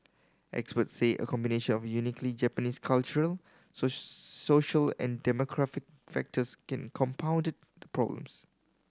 experts say a combination of uniquely Japanese cultural so social and demographic factors can compounded the problems